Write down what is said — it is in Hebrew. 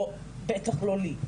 בטח לא לי,